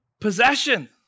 possession